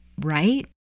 right